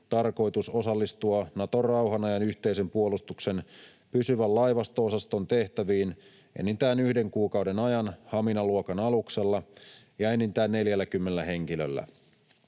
tarkoitus osallistua Naton rauhan ajan yhteisen puolustuksen pysyvän laivasto-osaston tehtäviin enintään yhden kuukauden ajan Hamina-luokan aluksella ja enintään 40 henkilöllä.